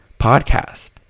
podcast